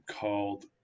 called